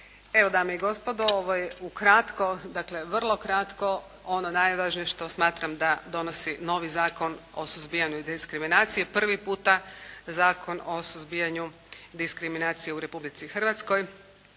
Evo dame i gospodo ovo je ukratko, dakle vrlo kratko ono najvažnije što smatram da donosi novi Zakon o suzbijanju diskriminacije. Prvi puta je Zakon o suzbijanju diskriminacije u Republici Hrvatskoj,